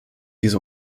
diese